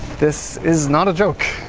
this is not a joke.